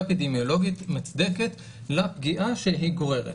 אפידמיולוגית מוצדקת לפגיעה שהיא גוררת,